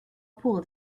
pool